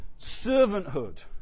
Servanthood